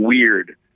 weird